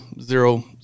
zero